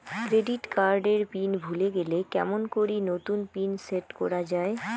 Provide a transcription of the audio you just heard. Credit card এর PIN ভুলে গেলে কেমন করি নতুন পিন সেট করা য়ায়?